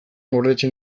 gordetzen